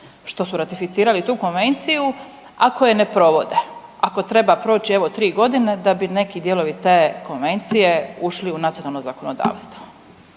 što su ratificirali tu konvenciju ako je ne provode, ako treba proć evo 3.g. da bi neki dijelovi te konvencije ušli u nacionalno zakonodavstvo?